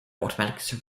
automatic